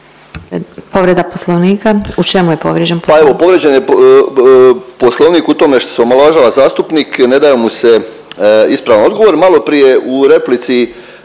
Povreda Poslovnika. U čemu je povrijeđen Poslovnik?